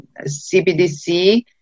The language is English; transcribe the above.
CBDC